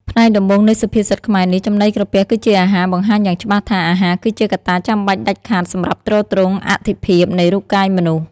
ផ្នែកដំបូងនៃសុភាសិតខ្មែរនេះ ចំណីក្រពះគឺជាអាហារ បង្ហាញយ៉ាងច្បាស់ថា អាហារគឺជាកត្តាចាំបាច់ដាច់ខាតសម្រាប់ទ្រទ្រង់អត្ថិភាពនៃរូបកាយមនុស្ស។